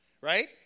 Right